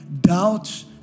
doubt